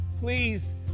please